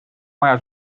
maja